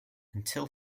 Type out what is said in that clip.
until